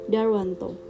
Darwanto